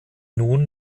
nun